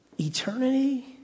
Eternity